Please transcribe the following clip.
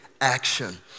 action